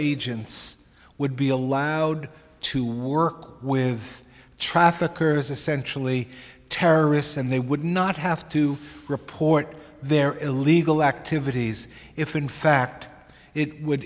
agents would be allowed to work with traffickers essentially terrorists and they would not have to report their illegal activities if in fact it would